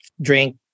drink